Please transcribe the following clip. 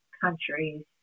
countries